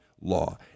law